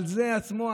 על זה עצמו,